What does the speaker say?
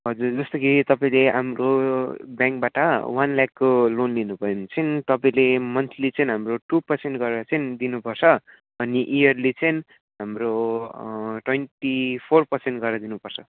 हजुर जस्तो कि तपाईँले हाम्रो ब्याङ्कबाट वन लेकको लोन लिनुभयो भने चाहिँ तपाईँले मन्थली चाइने हाम्रो टु पर्सेन्ट गरेर चाहिँ दिनुपर्छ अनि इयरली चाहिँ हाम्रो ट्वेन्टी फोर पर्सेन्ट गरेर दिनुपर्छ